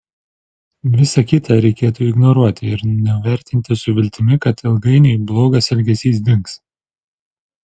visa kita reikėtų ignoruoti ir nuvertinti su viltimi kad ilgainiui blogas elgesys dings